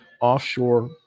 offshore